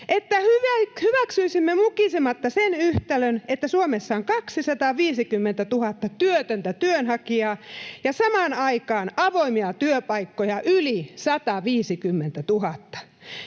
että hyväksyisimme mukisematta sen yhtälön, että Suomessa on 250 000 työtöntä työnhakijaa ja samaan aikaan avoimia työpaikkoja yli 150 000;